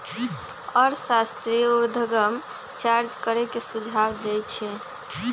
अर्थशास्त्री उर्ध्वगम चार्ज करे के सुझाव देइ छिन्ह